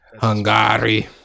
Hungary